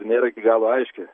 nėra iki galo aiški